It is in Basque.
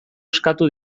eskatu